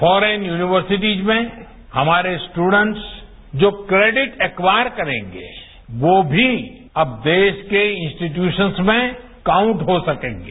फौरन यूनिवर्सिटीज में हमारे स्टूडेन्ट्स जो क्रेडिट एक्वॉयर करेंगे वो भी अब देश के इंस्टीट्यूशन में कारंट हो सकेंगे